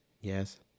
yes